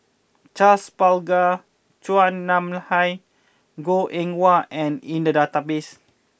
Charles Paglar Chua Nam Hai Goh Eng Wah are in the database